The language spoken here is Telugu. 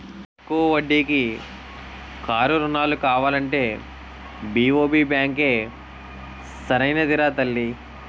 తక్కువ వడ్డీకి కారు రుణాలు కావాలంటే బి.ఓ.బి బాంకే సరైనదిరా తల్లీ